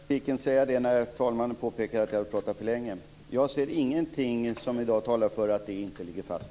Herr talman! Jag tänkte just säga detta i den förra repliken när talmannen påpekade att jag hade pratat för länge. Jag ser ingeting som i dag talar för att det inte ligger fast.